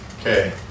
Okay